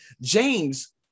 James